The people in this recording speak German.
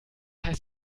heißt